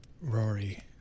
Rory